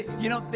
you know,